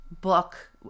book